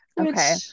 Okay